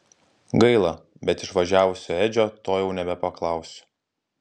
gaila bet išvažiavusio edžio to jau nebepaklausiu